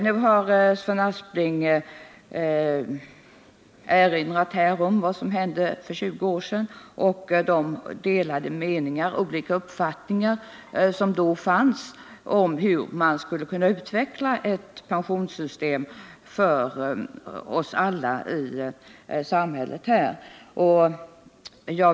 Sven Aspling erinrade också om vad som hände för 20 år sedan och de olika uppfattningar som då fanns om hur man skulle utveckla ett pensionssystem för oss alla i samhället.